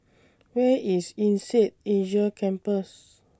Where IS Insead Asia Campus